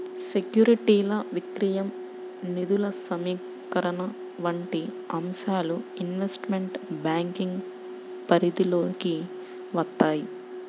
సెక్యూరిటీల విక్రయం, నిధుల సమీకరణ వంటి అంశాలు ఇన్వెస్ట్మెంట్ బ్యాంకింగ్ పరిధిలోకి వత్తాయి